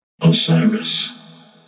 Osiris